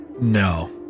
No